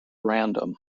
random